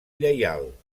lleial